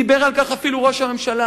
דיבר על כך אפילו ראש הממשלה.